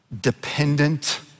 dependent